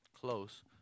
Close